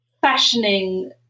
fashioning